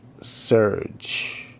surge